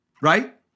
right